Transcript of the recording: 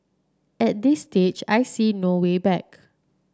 at this stage I see no way back